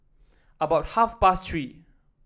about half past Three